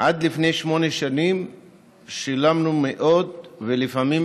עד לפני שמונה שנים שילמנו מאות ולפעמים